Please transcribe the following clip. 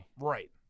Right